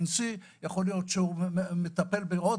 יכול להיות שהוא מפעיל מכונת CNC,